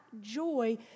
joy